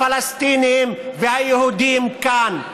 הפלסטינים והיהודים כאן.